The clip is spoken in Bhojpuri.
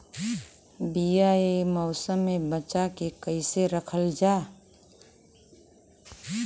बीया ए मौसम में बचा के कइसे रखल जा?